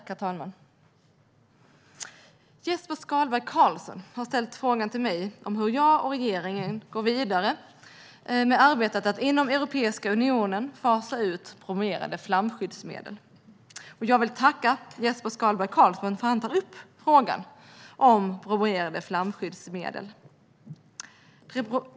Herr talman! Jesper Skalberg Karlsson har ställt frågan till mig hur jag och regeringen går vidare med arbetet att inom Europeiska unionen fasa ut bromerade flamskyddsmedel. Jag vill tacka Jesper Skalberg Karlsson för att han tar upp frågan om bromerade flamskyddsmedel.